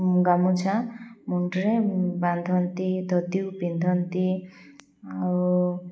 ଗାମୁଛା ମୁଣ୍ଡରେ ବାନ୍ଧନ୍ତି ଧୋତି ପିନ୍ଧନ୍ତି ଆଉ